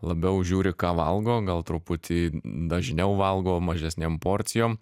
labiau žiūri ką valgo gal truputį dažniau valgo mažesnėm porcijom